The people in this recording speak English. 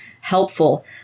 helpful